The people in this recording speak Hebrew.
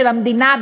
של המדינה,